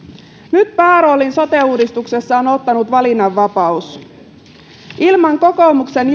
nyt pääroolin sote uudistuksessa on ottanut valinnanvapaus ilman kokoomuksen